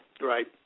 right